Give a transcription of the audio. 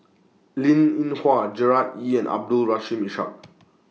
Linn in Hua Gerard Ee and Abdul Rush Ishak